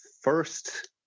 first